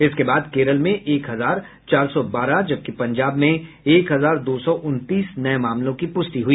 इसके बाद केरल में एक हजार चार सौ बारह जबकि पंजाब में एक हजार दो सौ उनतीस नये मामलों की पुष्टि हुई